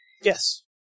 Yes